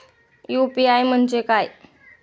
UPI म्हणजे काय?